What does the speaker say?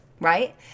right